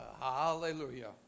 Hallelujah